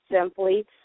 simply